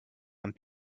and